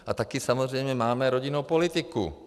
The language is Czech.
A taky samozřejmě máme rodinou politiku.